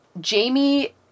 Jamie